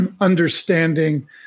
understanding